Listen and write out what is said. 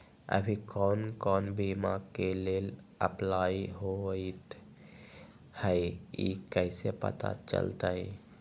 अभी कौन कौन बीमा के लेल अपलाइ होईत हई ई कईसे पता चलतई?